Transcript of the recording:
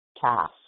task